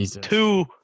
two